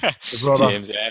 James